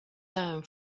down